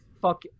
fuck